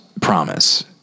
promise